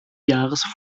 jahres